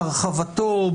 בהרחבתו,